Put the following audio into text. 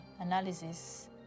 analysis